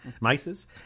mice's